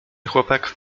chłopak